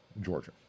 Georgia